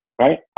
right